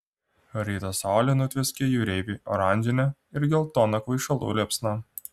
ryto saulė nutvieskė jūreivį oranžine ir geltona kvaišalų liepsna